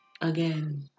again